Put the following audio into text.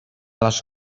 les